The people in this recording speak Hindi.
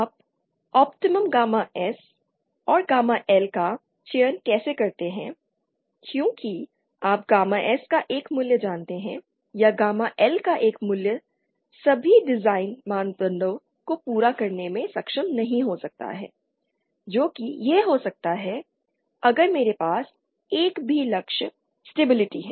आप ऑप्टिमम गामा एस और गामा एल का चयन कैसे करते हैं क्योंकि आप गामा S का एक मूल्य जानते हैं या गामा L का एक मूल्य सभी डिज़ाइन मापदंडों को पूरा करने में सक्षम नहीं हो सकता है जो कि यह हो सकता है अगर मेरे पास एक भी लक्ष्य स्टेबिलिटी है